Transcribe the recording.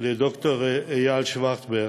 לד"ר איל שורצברג,